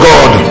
God